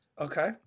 Okay